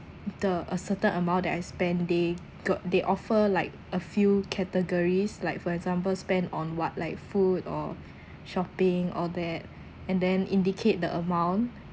the a certain amount that I spend they got they offer like a few categories like for example spend on what like food or shopping all that and then indicate the amount